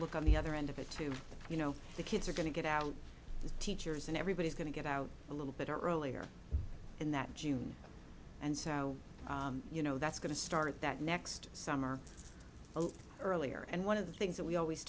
look on the other end of it too you know the kids are going to get out the teachers and everybody's going to get out a little bit earlier in that june and so you know that's going to start that next summer earlier and one of the things that we always